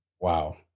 Wow